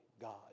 God